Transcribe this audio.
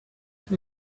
take